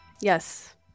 Yes